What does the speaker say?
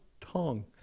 tongue